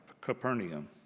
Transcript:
Capernaum